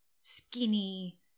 skinny